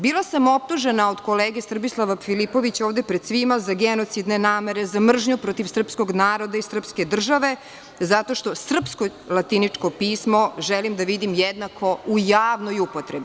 Bila sam optužena od kolege Srbislava Filipovića ovde pred svima za genocidne namere, za mržnju protiv srpskog naroda i srpske države, zato što srpsko latiničko pismo želim da vidim jednako u javnoj upotrebi.